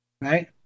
Right